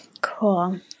Cool